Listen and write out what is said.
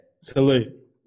salute